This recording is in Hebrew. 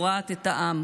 קורעת את העם,